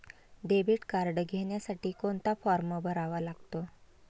Debit card घेण्यासाठी कोणता form भरावा लागतो?